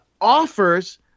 offers